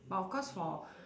but of course for